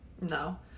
No